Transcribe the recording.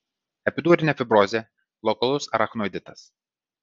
epidurinė fibrozė lokalus arachnoiditas